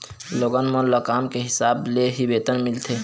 लोगन मन ल काम के हिसाब ले ही वेतन मिलथे